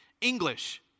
English